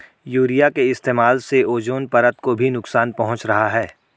urea के इस्तेमाल से ओजोन परत को भी नुकसान पहुंच रहा है